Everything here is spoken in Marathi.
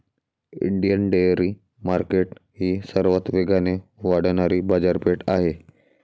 इंडियन डेअरी मार्केट ही सर्वात वेगाने वाढणारी बाजारपेठ आहे